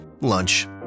Lunch